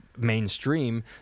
mainstream